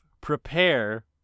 prepare